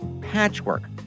Patchwork